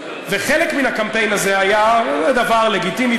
וחלק מן הקמפיין הזה היה דבר לגיטימי.